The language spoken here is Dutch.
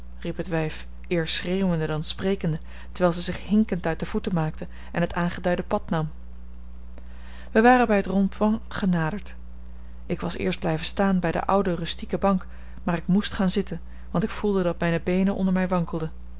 het wijf eer schreeuwende dan sprekende terwijl ze zich hinkend uit de voeten maakte en het aangeduide pad nam wij waren bij het rond point genaderd ik was eerst blijven staan bij de oude rustique bank maar ik moest gaan zitten want ik voelde dat mijne beenen onder mij wankelden